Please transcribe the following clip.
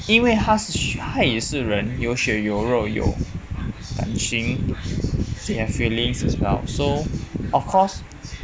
因为他是他也是人有血有肉有感情 they have feelings as well so of course